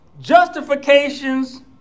justifications